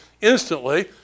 instantly